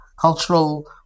cultural